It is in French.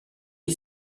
est